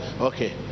Okay